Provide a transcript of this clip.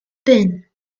bin